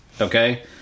Okay